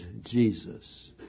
Jesus